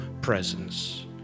presence